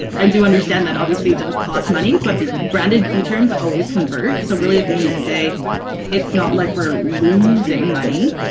i do understand that obviously it does cost money but branded key terms always convert, so really at the end of the day it's not like we're losing money.